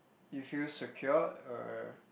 you feel secured or